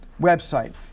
website